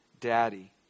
Daddy